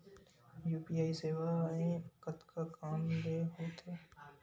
UPI सेवाएं कतका कान ले हो थे?